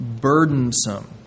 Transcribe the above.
burdensome